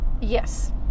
yes